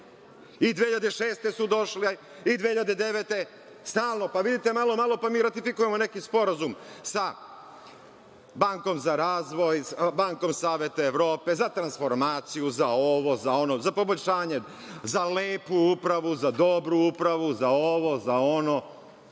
i 2009. godine, vidite da stalno, malo, malo pa ratifikujemo neki sporazum sa Bankom za razvoj, Bankom saveta Evrope, za transformaciju, za ovo, ono, za poboljšanje, za lepu upravu, za dobru upravu, za ovo, za ono.